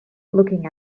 looking